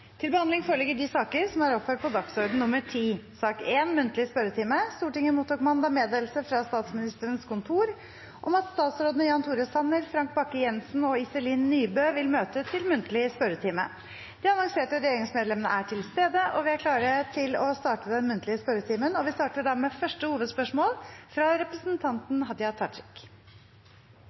Stortinget mottok mandag meddelelse fra Statsministerens kontor om at statsrådene Jan Tore Sanner, Frank Bakke-Jensen og Iselin Nybø vil møte til muntlig spørretime. De annonserte regjeringsmedlemmene er til stede, og vi er klare til å starte den muntlige spørretimen. Vi starter med første hovedspørsmål, fra representanten Hadia Tajik.